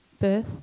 birth